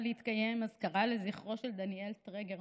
להתקיים אזכרה לזכרו של דניאל טרגרמן.